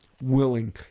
Willing